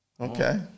Okay